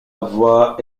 voix